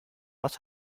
was